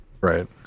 right